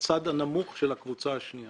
בצד הנמוך של הקבוצה השנייה